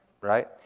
right